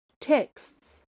Texts